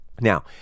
Now